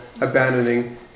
abandoning